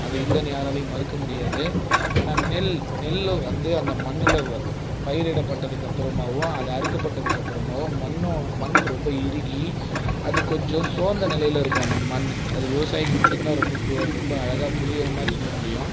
அது இல்லைன்னு யாராலையும் மறுக்க முடியாது ஆனால் நெல் நெல்லை வந்து அந்த மண்ணில் பயிரிடப்பட்டதுக்கு அப்புறமாவும் அது அறுக்கப்பட்டதுக்கு அப்புறமாவும் மண்ணும் மண் ரொம்ப இறுகி அது கொஞ்சம் சோர்ந்த நிலையில இருக்கும் அந்த மண் அது விவசாயிக்கு மட்டும் தான் ரொம்ப ரொம்ப அழகாக புரிகிற மாதிரி சொல்ல முடியும்